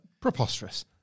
Preposterous